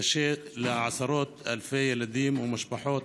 קשה לעשרות אלפי ילדים ומשפחות.